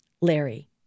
Larry